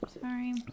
Sorry